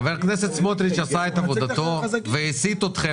חבר הכנסת סמוטריץ' עשה את עבודתו והסיט אתכם